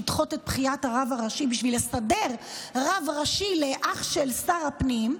לדחות את בחירת הרב הראשי בשביל לסדר רב ראשי לאח של שר הפנים,